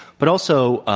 but also,